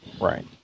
Right